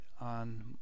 on